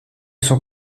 sont